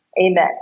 Amen